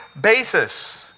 basis